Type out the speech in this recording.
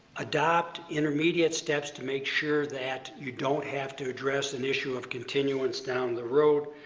adopt intermediate steps to make sure that you don't have to address an issue of continuance down the road.